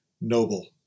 noble